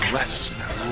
Lesnar